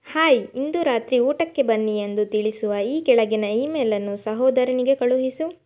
hi ಇಂದು ರಾತ್ರಿ ಊಟಕ್ಕೆ ಬನ್ನಿ ಎಂದು ತಿಳಿಸುವ ಈ ಕೆಳಗಿನ ಇಮೇಲನ್ನು ಸಹೋದರನಿಗೆ ಕಳುಹಿಸು